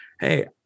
hey